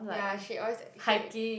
ya she always she